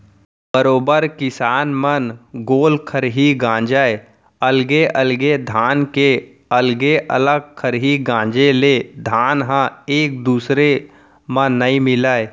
बरोबर किसान मन गोल खरही गांजय अलगे अलगे धान के अलगे अलग खरही गांजे ले धान ह एक दूसर म नइ मिलय